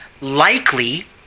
likely